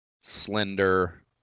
slender